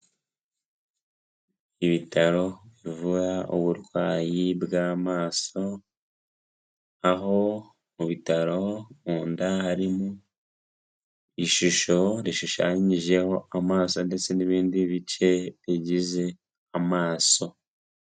Ibitaro bivura uburwayi bw'amaso, aho mu bitaro mu nda harimo ishusho rishushanyijeho amaso ndetse n'ibindi bice bigize amaso.